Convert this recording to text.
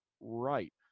right